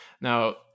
Now